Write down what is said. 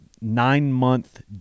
nine-month